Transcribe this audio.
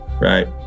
right